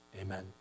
Amen